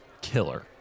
killer